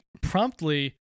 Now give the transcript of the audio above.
promptly